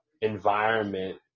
environment